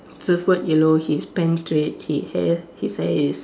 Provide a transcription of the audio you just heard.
surfboard yellow his pants red he hair his hair is